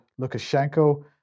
Lukashenko